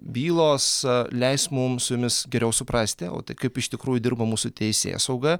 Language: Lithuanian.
bylos leis mums su jumis geriau suprasti o tai kaip iš tikrųjų dirba mūsų teisėsauga